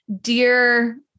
dear